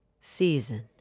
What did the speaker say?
Season